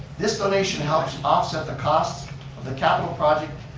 this donation helps offset the costs of the capital project,